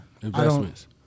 Investments